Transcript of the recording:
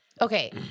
Okay